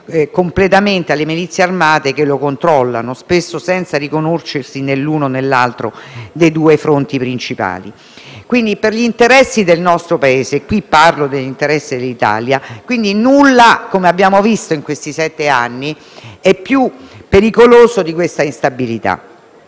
completamente in mano alle milizie armate che lo controllano, spesso senza riconoscersi nell'uno o nell'altro dei due fronti principali. Per gli interessi del nostro Paese - e ora mi soffermo sull'interesse dell'Italia - nulla, come abbiamo visto in questi sette anni, è più pericoloso di questa instabilità,